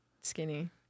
skinny